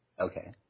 Okay